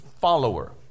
follower